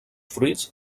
fruits